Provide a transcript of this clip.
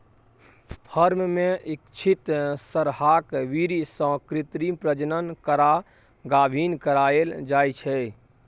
firm मे इच्छित सरहाक बीर्य सँ कृत्रिम प्रजनन करा गाभिन कराएल जाइ छै